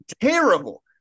terrible